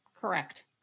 Correct